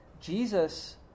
Jesus